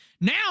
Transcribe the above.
now